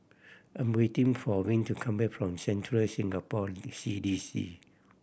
I'm waiting for Vince to come back from Central Singapore C D C